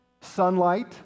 sunlight